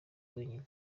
wenyine